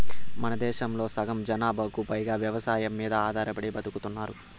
మనదేశంలో సగం జనాభాకు పైగా వ్యవసాయం మీద ఆధారపడి బతుకుతున్నారు